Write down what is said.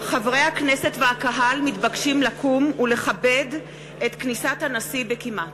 הכנסת והקהל מתבקשים לקום ולכבד את כניסת הנשיא בקימה.